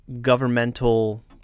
governmental